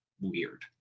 weird